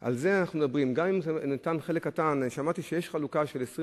אז נכון, לא תיפסק חלוקה של קמחא